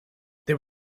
there